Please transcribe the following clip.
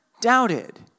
doubted